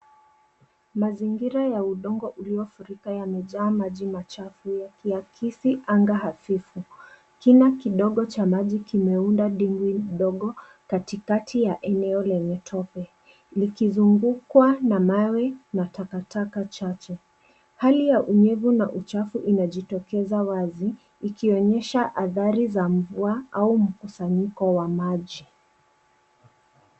Mazingira ya udongo uliofurika yamejaa maji machafu yakiakisi anga hafifu. Kina kidogo cha maji kimeunda dimbwi ndogo katikati ya eneo lenye tope, likizungukwa na mawe na takataka chache. Hali ya unyevu na uchafu inajitokeza wazi, ikionyesha athari za mvua, au mkusanyiko wa maji.